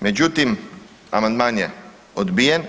Međutim, amandman je odbijen,